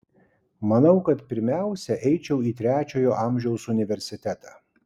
manau kad pirmiausia eičiau į trečiojo amžiaus universitetą